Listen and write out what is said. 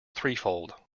threefold